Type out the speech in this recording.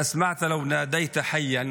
(אומר דברים בשפה הערבית:)